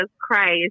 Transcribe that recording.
Christ